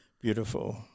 beautiful